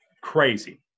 Crazy